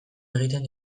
egiten